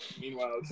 Meanwhile